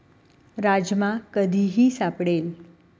राजमा कधीही सापडेल